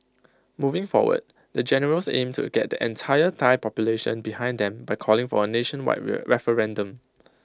moving forward the generals aim to get the entire Thai population behind them by calling for A nationwide referendum